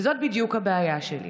וזו בדיוק הבעיה שלי.